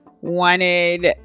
wanted